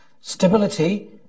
stability